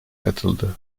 katıldı